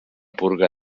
purga